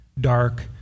dark